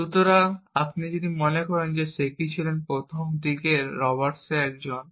সুতরাং যদি আপনি মনে করেন শেকি ছিলেন প্রথম দিকের রবার্টসের একজন